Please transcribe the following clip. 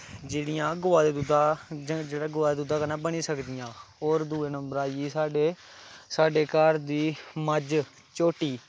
जेह्ड़ियां गवा दे दुद्धा जां जेह्ड़ियां गवा दे दुद्धा कन्नै बनी सकदियां होर दूए नंबर आई गे साढ़े साढ़े घर दी मज्ज झोटी